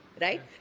right